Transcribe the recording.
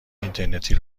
اینترنتی